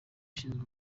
ushinzwe